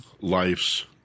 life's